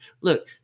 look